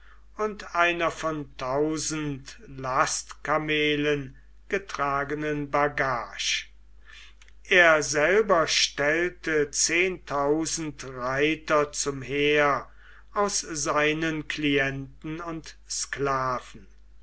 und einer von tausend last kameen getragenen bagage er selber stellte zehntausend reiter zum heer aus seinen klienten und sklaven